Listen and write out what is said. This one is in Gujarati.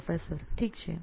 પ્રાધ્યાપક ઠીક છે